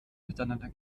miteinander